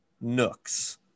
nooks